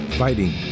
fighting